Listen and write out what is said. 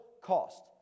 cost